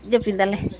ᱡᱟᱹᱯᱤᱫᱟᱞᱮ